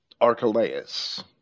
Archelaus